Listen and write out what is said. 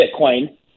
Bitcoin